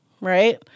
Right